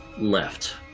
left